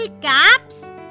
caps